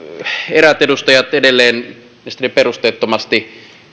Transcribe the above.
eräät edustajat edelleen mielestäni perusteettomasti